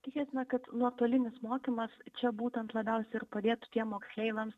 tikėtina kad nuotolinis mokymas čia būtent labiausiai ir padėtų tiem moksleiviams